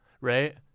Right